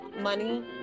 money